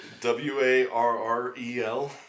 W-A-R-R-E-L